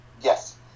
Yes